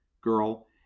girl